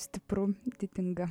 stipru didinga